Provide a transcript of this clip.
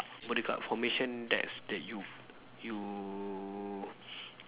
what do you call formation that's that you you